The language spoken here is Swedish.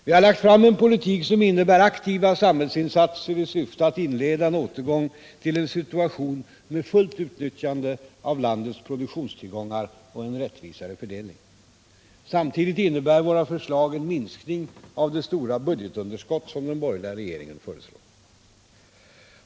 Vi har lagt fram en politik som innebär aktiva samhällsinsatser i syfte att inleda en återgång till en situation med fullt utnyttjande av landets produktionstillgångar och en rättvisare fördelning. Samtidigt innebär våra förslag en minskning av det stora budgetunderskott som den borgerliga regeringen föreslår.